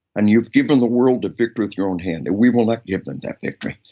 and you've given the world a victory with your own hand, and we will not give them that victory.